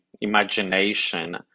imagination